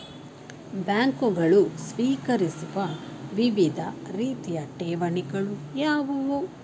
ಬ್ಯಾಂಕುಗಳು ಸ್ವೀಕರಿಸುವ ವಿವಿಧ ರೀತಿಯ ಠೇವಣಿಗಳು ಯಾವುವು?